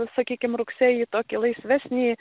sakykim rugsėjį tokį laisvesnį